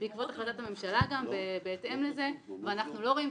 בהתאם להחלטת הממשלה ואנחנו לא רואים כסף.